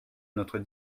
notre